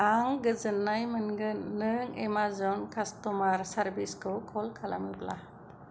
आं गोजोन्नाय मोनगोन नों एमेजन कास्ट'मार सारभिसखौ कल खालामोब्ला